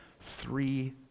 three